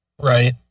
Right